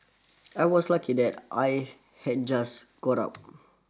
I was lucky that I had just got up